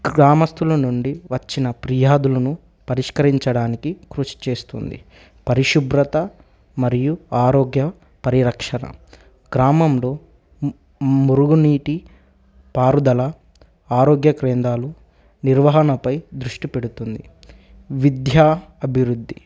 గ్రామస్థుల నుండి వచ్చిన ఫిర్యాదులను పరిష్కరించడానికి కృషి చేస్తుంది పరిశుభ్రత మరియు ఆరోగ్య పరిరక్షణ గ్రామంలో మురుగునీటి పారుదల ఆరోగ్య కేంద్రాలు నిర్వహణపై దృష్టి పెడుతుంది విద్యా అభివృద్ధి